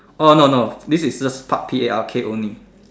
oh no no this is just Park P A R K only